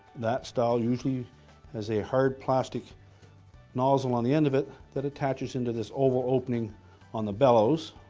that style usually has a hard plastic nozzle on the end of it that attaches into this oval opening on the bellows.